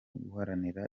guharanira